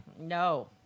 No